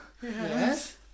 Yes